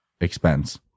expense